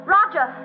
Roger